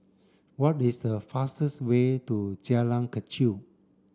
what is the fastest way to Jalan Kechil